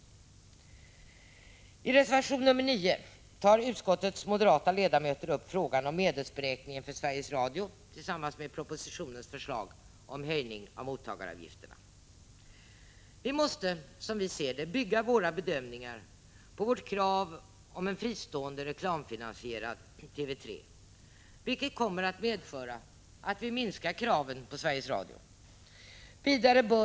I reservation nr 9 tar utskottets moderata ledamöter upp frågan om medelsberäkningen för Sveriges Radio tillsammans med propositionens förslag om höjning av mottagaravgifterna. Vi måste bygga våra bedömningar på vårt krav på en fristående reklamfi nansierad TV 3, vilket kommer att medföra att vi minskar kraven på Sveriges Radio.